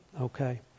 Okay